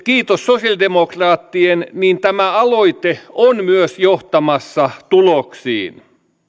kiitos sosiaalidemokraattien tämä aloite on myös johtamassa tuloksiin